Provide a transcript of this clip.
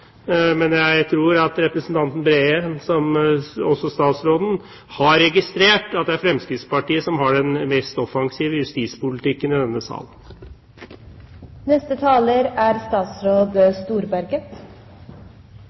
men jeg tror at representanten Breen, som statsråden, har registrert at det er Fremskrittspartiet som har den mest offensive justispolitikken i denne